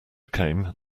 came